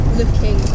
looking